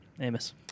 Amos